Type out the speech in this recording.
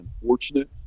unfortunate